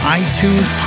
iTunes